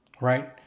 right